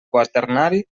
quaternari